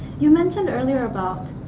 you mentioned earlier about,